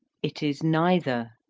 it is neither,